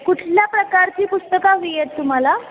कुठल्या प्रकारची पुस्तकं हवी आहेत तुम्हाला